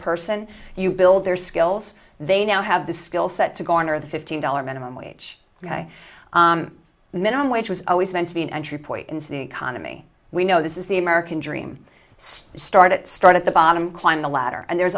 person and you build their skills they now have the skill set to garner the fifteen dollars minimum wage the minimum wage was always meant to be an entry point into the economy we know this is the american dream start it start at the bottom climb the ladder and there's